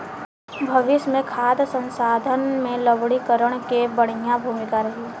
भविष्य मे खाद्य संसाधन में लवणीकरण के बढ़िया भूमिका रही